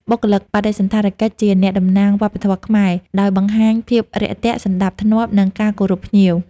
បុគ្គលិកបដិសណ្ឋារកិច្ចជាអ្នកតំណាងវប្បធម៌ខ្មែរ ដោយបង្ហាញភាពរាក់ទាក់ សណ្តាប់ធ្នាប់ និងការគោរពភ្ញៀវ។